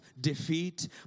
defeat